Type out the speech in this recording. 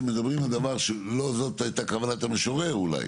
מדברים על דבר שלא זאת הייתה כוונת המשורר אולי.